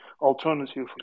alternative